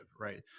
right